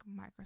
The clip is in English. microsoft